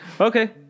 okay